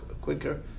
quicker